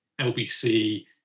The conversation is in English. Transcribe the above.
LBC